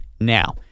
now